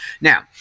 Now